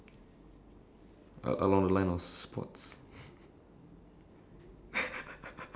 mm okay I see then for me maybe most impressive thing I have ever done